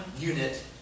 unit